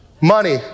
Money